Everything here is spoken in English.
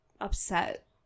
upset